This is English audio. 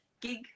gig